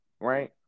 right